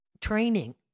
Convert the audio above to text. training